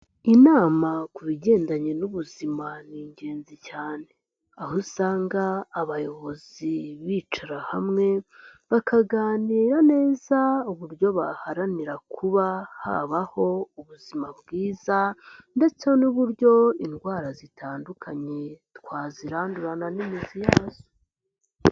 Inama ku bigendanye n'ubuzima ni ingenzi cyane, aho usanga abayobozi bicara hamwe bakaganira neza uburyo baharanira kuba habaho ubuzima bwiza ndetse n'uburyo indwara zitandukanye twazirandurana n'imizi yazo.